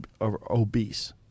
obese